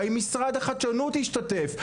האם משרד החדשנות השתתף?